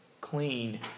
clean